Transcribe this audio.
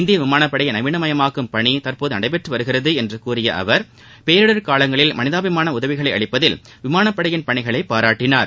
இந்திய விமானப்படையை நவீனமயமாக்கும் பணி தற்போது நடந்து வருகிறது என்று கூறிய அவர் பேரிடர் காலங்களில் மனிதாபிமான உதவிகளை அளிப்பதில் விமானப்படையின் பணிகளை பாராட்டினார்